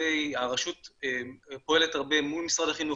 הרשות פועלת הרבה מול משרד החינוך,